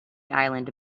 island